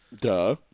Duh